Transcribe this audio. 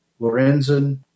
Lorenzen